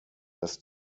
dass